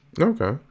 Okay